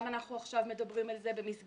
גם אנחנו עכשיו מדברים על זה במסגרת